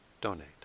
donate